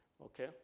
Okay